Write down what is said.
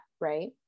right